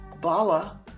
Bala